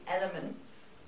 elements